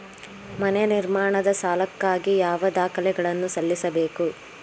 ಮನೆ ನಿರ್ಮಾಣದ ಸಾಲಕ್ಕಾಗಿ ಯಾವ ದಾಖಲೆಗಳನ್ನು ಸಲ್ಲಿಸಬೇಕು?